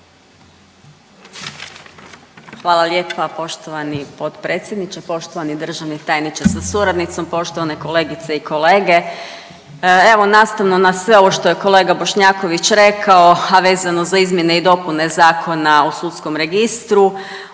Hvala lijepa poštovani potpredsjedniče, poštovani državni tajniče sa suradnicom, poštovane kolegice i kolege. Evo nastavno na sve ovo što je kolega Bošnjaković rekao, a vezano za izmjene i dopune Zakona o sudskom registru.